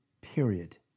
period